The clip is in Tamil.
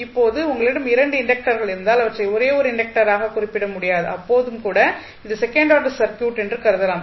இப்போது உங்களிடம் 2 இண்டக்டர்கள் இருந்தால் அவற்றை ஒரே ஒரு இண்டக்டராக குறிப்பிட முடியாது அப்போதும் கூட இது செகண்ட் ஆர்டர் சர்க்யூட் என்று கருதலாம்